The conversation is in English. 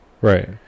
Right